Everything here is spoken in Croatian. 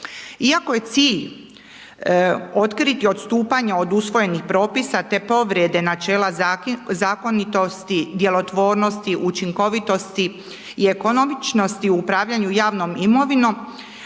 Iako je cilj otkriti odstupanje od usvojenih propisa te povrede načela zakonitosti, djelotvornosti, učinkovitosti i ekonomičnosti u upravljanju javnom imovinom